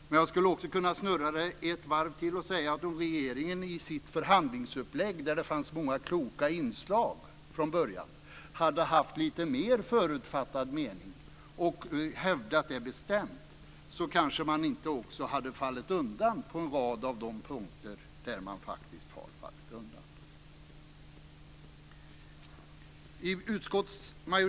Men jag skulle också kunna snurra det hela ett varv till och säga att om regeringen i sitt förhandlingsupplägg, där det från början fanns många kloka inslag, hade haft en lite mer förutfattad mening och hävdat den bestämt, så kanske man inte hade fallit undan på en rad av de punkter där man faktiskt har fallit undan.